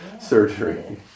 surgery